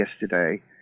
yesterday